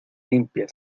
limpia